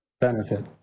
benefit